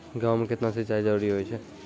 गेहूँ म केतना सिंचाई जरूरी होय छै?